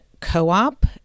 co-op